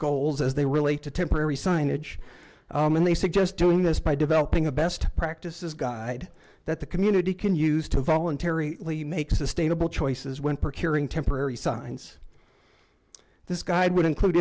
goals as they relate to temporary signage and they suggest doing this by developing a best practices guide that the community can use to voluntary make sustainable choices when procuring temporary signs this guide would include